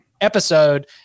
episode